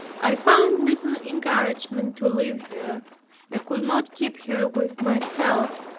i found little encouragement to leave her and could not keep her with myself,